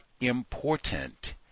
important